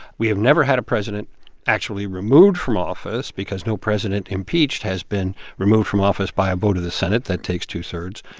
we have never had a president actually removed from office because no president impeached has been removed from office by a vote of the senate that takes two-thirds.